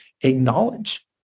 acknowledge